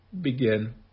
begin